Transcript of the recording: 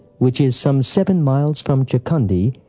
which is some seven miles from chakhandi,